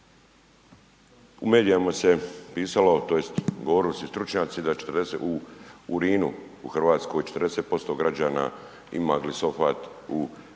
U medijima se pisalo, tj. govorilo se stručnjaci da u urinu u Hrvatskoj 40% građana ima glisofat u krvi,